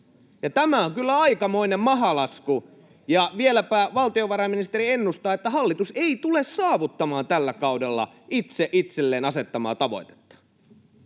tämä on kyllä aikamoinen mahalasku. Ja vieläpä valtiovarainministeri ennustaa, että hallitus ei tule saavuttamaan tällä kaudella itse itselleen asettamaa tavoitetta.